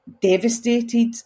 devastated